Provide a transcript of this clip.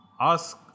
ask